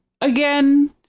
again